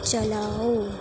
چلاؤ